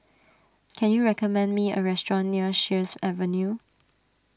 can you recommend me a restaurant near Sheares Avenue